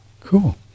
Cool